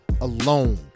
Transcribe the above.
alone